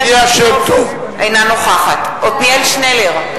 אינה נוכחת עתניאל שנלר,